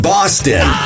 Boston